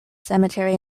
cemetery